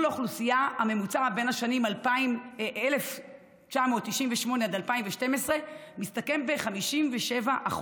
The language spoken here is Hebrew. האוכלוסייה הממוצע בין השנים 1998 ל-2012 מסתכם ב-57%.